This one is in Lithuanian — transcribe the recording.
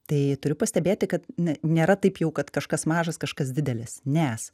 tai turiu pastebėti kad ne nėra taip jau kad kažkas mažas kažkas didelis nes